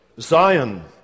Zion